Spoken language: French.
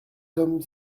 comme